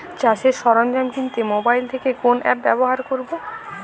চাষের সরঞ্জাম কিনতে মোবাইল থেকে কোন অ্যাপ ব্যাবহার করব?